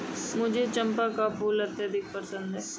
मुझे चंपा का फूल अत्यधिक पसंद है